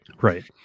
right